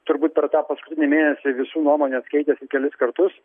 turbūt per tą paskutinį mėnesį visų nuomonės keitėsi kelis kartus